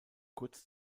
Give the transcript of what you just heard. kurz